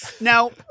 Now